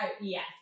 Yes